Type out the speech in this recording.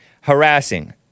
Harassing